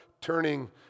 turning